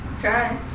Try